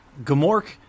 Gamork